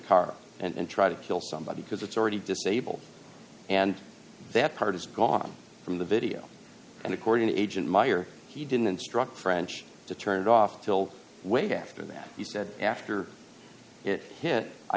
car and try to kill somebody because it's already disabled and that part is gone from the video and according to agent meyer he didn't instruct french to turn it off until way after that he said after